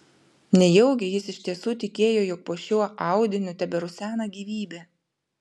nejaugi jis iš tiesų tikėjo jog po šiuo audiniu teberusena gyvybė